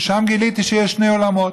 ושם גיליתי שיש שני עולמות: